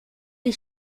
die